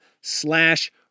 slash